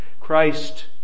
Christ